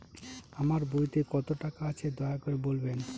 আমার বইতে কত টাকা আছে দয়া করে বলবেন?